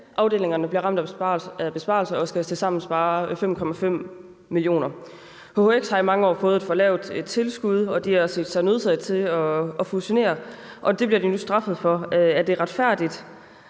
afdelingerne bliver ramt af besparelser og skal tilsammen spare 5,5 mio. kr. På hhx har de i mange år fået et for lavt tilskud, og de har set sig nødsaget til at fusionere, og det bliver de nu straffet for. Er det retfærdigt,